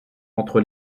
entre